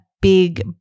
big